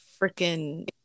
freaking